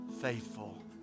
faithful